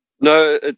No